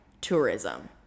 tourism